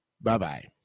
Bye-bye